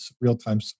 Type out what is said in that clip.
real-time